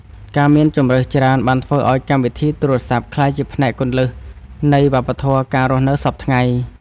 ការមានជម្រើសច្រើន បានធ្វើឱ្យកម្មវិធីទូរសព្ទក្លាយជាផ្នែកគន្លឹះនៃវប្បធម៌ការរស់នៅសព្វថ្ងៃ។